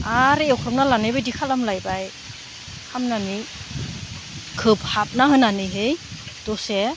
आरो एवख्रबना लानाय बायदि खालामलायबाय खालामनानै खोबहाबना होनानै दसे